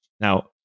Now